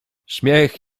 śmiech